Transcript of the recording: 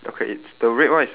okay what colour is it